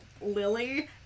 Lily